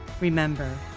remember